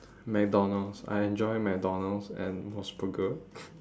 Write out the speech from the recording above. mcdonald's I enjoy mcdonald's and mos burger